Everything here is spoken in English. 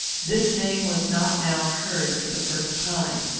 this name was not now heard for the first time.